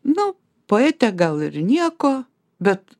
nu poetė gal ir nieko bet